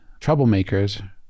Troublemakers